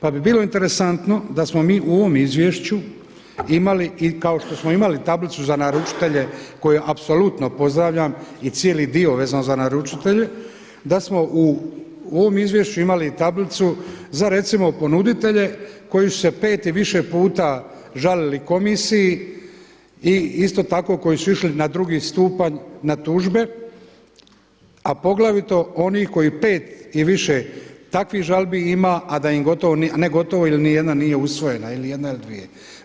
Pa bi bilo interesantno da smo mi u ovom izvješću imali kao što smo imali tablicu za naručitelje koje apsolutno pozdravljam i cijeli dio vezan za naručitelje, da smo u ovom izvješću imali tablicu za recimo ponuditelje koji su se pet i više puta žalili komisiji i isto tako koji su išli na drugi stupanj na tužbe, a poglavito oni koji pet i više takvih žalbi ima, a da im gotovo, ne gotovo nego ili nijedna nije usvojena ili jedna, ili dvije.